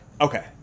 Okay